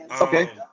okay